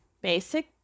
Basic